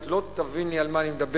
את לא תביני על מה אני מדבר.